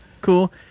cool